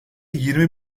yirmi